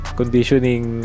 conditioning